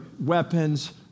weapons